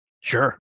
Sure